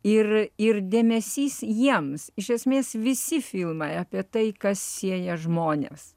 ir ir dėmesys jiems iš esmės visi filmai apie tai kas sieja žmones